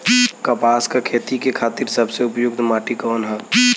कपास क खेती के खातिर सबसे उपयुक्त माटी कवन ह?